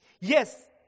Yes